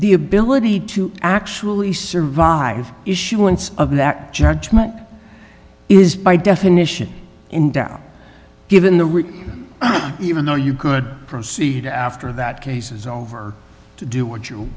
the ability to actually survive issuance of that judgment is by definition in doubt given the route even though you could proceed after that cases over to do what you